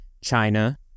China